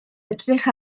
edrych